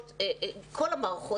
כל המערכת